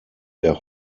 der